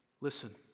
listen